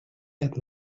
had